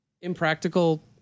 impractical